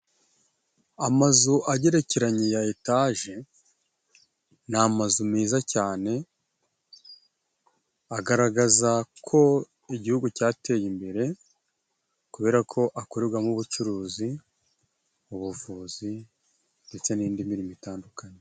Amazu agerekeranye ya etaje ni amazu meza cyane agaragaza ko igihugu cyateye imbere, kubera ko akorerwamo ubucuruzi , ubuvuzi ndetse n'indi mirimo itandukanye.